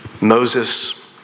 Moses